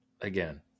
again